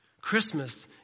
Christmas